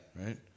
Right